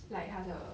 like 它的